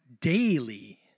daily